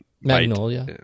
Magnolia